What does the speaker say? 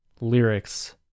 lyrics